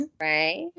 Right